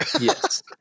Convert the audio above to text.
Yes